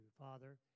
Father